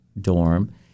dorm